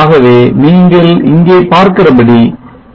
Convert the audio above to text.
ஆகவே இங்கே நீங்கள் பார்க்கிறபடி